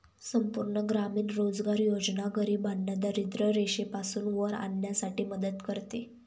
संपूर्ण ग्रामीण रोजगार योजना गरिबांना दारिद्ररेषेपासून वर आणण्यासाठी मदत करते